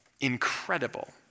incredible